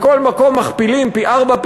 בכל מקום מכפילים פי-ארבעה,